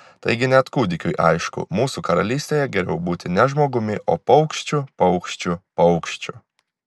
taigi net kūdikiui aišku mūsų karalystėje geriau būti ne žmogumi o paukščiu paukščiu paukščiu